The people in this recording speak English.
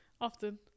Often